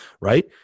Right